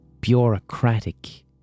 bureaucratic